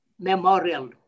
memorial